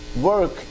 work